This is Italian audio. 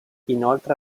inoltre